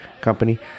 company